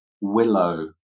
willow